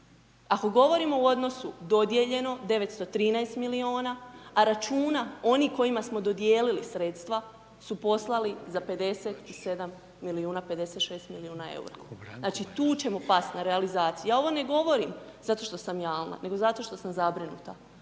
Ako govorimo u odnosu dodijeljeno 913 milijuna, a računa onih kojima smo dodijelili sredstva, su poslali za 57 milijuna, 56 milijuna EUR-a. Znači tu ćemo pasti, na realizaciji. Ja ovo ne govorim zato što sam jalna, nego zato što sam zabrinuta,